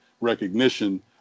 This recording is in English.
recognition